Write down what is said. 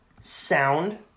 Sound